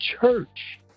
church